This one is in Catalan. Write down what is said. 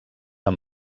amb